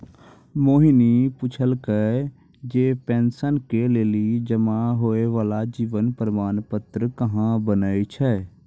मोहिनी पुछलकै जे पेंशन के लेली जमा होय बाला जीवन प्रमाण पत्र कहाँ बनै छै?